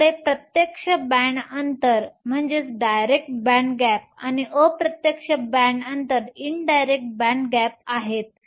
आपल्याकडे प्रत्यक्ष बॅण्ड अंतर आणि अप्रत्यक्ष बॅण्ड अंतर आहेत